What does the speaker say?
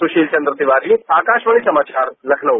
सुशील चन्द्र तिवारी आकाशवाणी समाचार लखनऊ